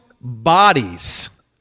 bodies